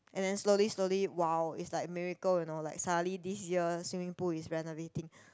and then slowly slowly wow is like miracle you know like suddenly this year swimming pool is renovating